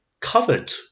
covered